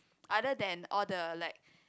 other than all the like